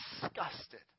disgusted